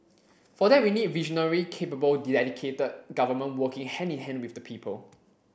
for that we need visionary capable dedicated government working hand in hand with the people